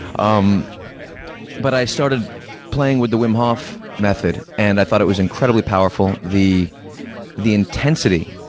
um but i started playing with the wim hof method and i thought it was incredibly powerful. the the intensity